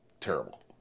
Terrible